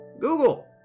Google